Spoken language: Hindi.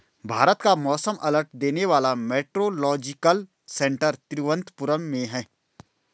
भारत का मौसम अलर्ट देने वाला मेट्रोलॉजिकल सेंटर तिरुवंतपुरम में है